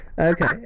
Okay